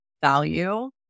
value